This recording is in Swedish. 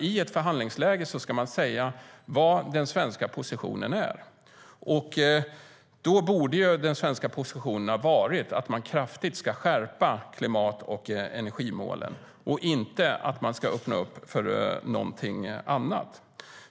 I ett förhandlingsläge ska man säga vad den svenska positionen är, och den svenska positionen borde ha varit att man ska skärpa klimat och energimålen kraftigt och inte öppna för något annat.